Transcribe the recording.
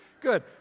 Good